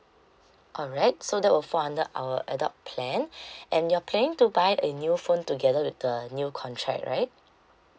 alright so that will fall under our adult plan and you're planning to buy a new phone together with the new contract right